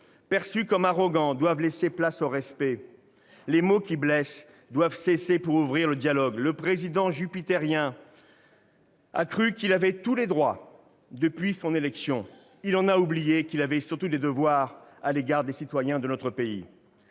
perçu comme arrogant doivent laisser place au respect. Les mots qui blessent doivent cesser, pour ouvrir le dialogue. Le président jupitérien a cru qu'il avait tous les droits depuis son élection. Il en a oublié qu'il avait surtout des devoirs à l'égard des citoyens de notre pays.